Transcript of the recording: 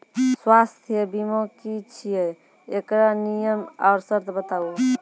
स्वास्थ्य बीमा की छियै? एकरऽ नियम आर सर्त बताऊ?